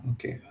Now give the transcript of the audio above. Okay